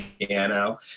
piano